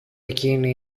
εκείνη